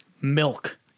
milk